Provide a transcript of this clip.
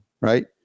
right